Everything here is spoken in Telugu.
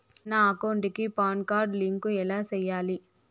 నా అకౌంట్ కి పాన్ కార్డు లింకు ఎలా సేయాలి